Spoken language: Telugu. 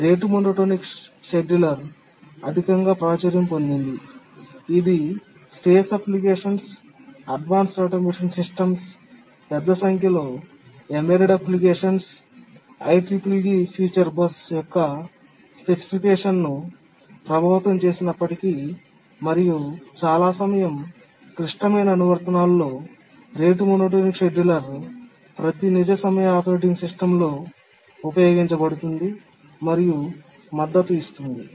రేటు మోనోటోనిక్ షెడ్యూలర్ అధికంగా ప్రాచుర్యం పొందింది ఇది space applications advanced automation systems పెద్ద సంఖ్యలో embedded applications IEEE future bus యొక్క స్పెసిఫికేషన్ను ప్రభావితం చేసినప్పటికీ మరియు చాలా సమయం క్లిష్టమైన అనువర్తనాల్లో రేటు మోనోటోనిక్ షెడ్యూలర్ ప్రతి నిజ సమయ ఆపరేటింగ్ సిస్టమ్లో ఉపయోగించబడుతుంది మరియు మద్దతు ఇస్తుంది